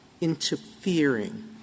interfering